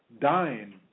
dying